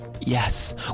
Yes